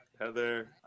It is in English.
Heather